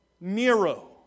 Nero